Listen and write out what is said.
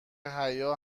حیا